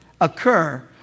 occur